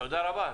תודה רבה.